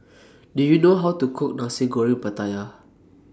Do YOU know How to Cook Nasi Goreng Pattaya